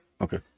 Okay